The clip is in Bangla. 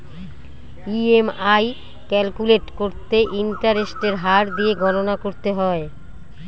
ই.এম.আই ক্যালকুলেট করতে ইন্টারেস্টের হার দিয়ে গণনা করতে হয়